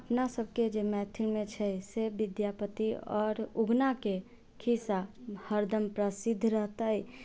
अपना सबके जे मैथिल मे छै से भी विद्यापति आओर उगना के खिस्सा हरदम प्रसिद्ध रहतै